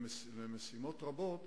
למשימות רבות,